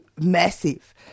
massive